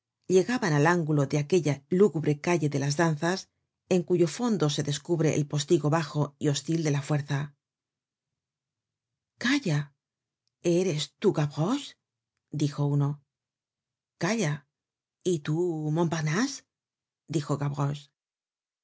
llegaban al ángulo de aquella lúgubre calle de las danzas en cuyo fondo se descubre el postigo bajo y hostil de la fuerza calla eres tú gavroche dijo uno calla y tú montparnase dijo